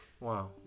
Wow